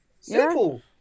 Simple